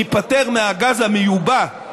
ניפטר מהגז המיובא,